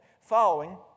following